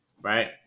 right